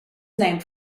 named